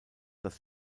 das